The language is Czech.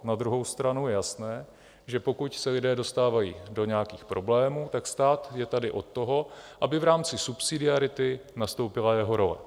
Na druhou stranu je jasné, že pokud se lidé dostávají do nějakých problémů, tak stát je tady od toho, aby v rámci subsidiarity nastoupila jeho role.